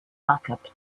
backup